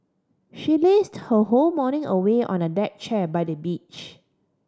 she lazed her whole morning away on a deck chair by the beach